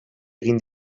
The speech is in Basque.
egin